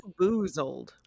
Boozled